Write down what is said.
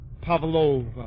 Pavlova